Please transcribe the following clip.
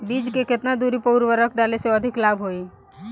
बीज के केतना दूरी पर उर्वरक डाले से अधिक लाभ होई?